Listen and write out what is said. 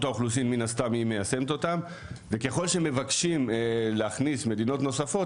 האוכלוסין היא מיישמת אותם וככל שמבקשים להכניס מדינות נוספות